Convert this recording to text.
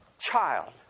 child